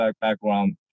background